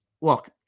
look